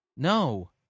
No